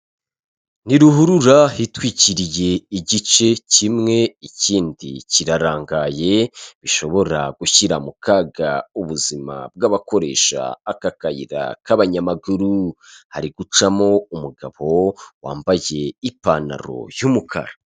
Ni ruhurura hitwikiriye igice kimwe ikindi kirarangaye bishobora gushyira mu kaga ubuzima bw'abakoresha aka kayira k'abanyamaguru, hari gucamo umugabo wambaye ipantaro y'umukara.